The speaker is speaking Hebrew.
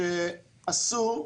שאסור,